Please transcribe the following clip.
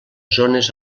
zones